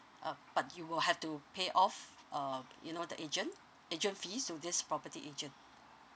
uh but you will have to pay off uh you know the agent agent fees to this property agent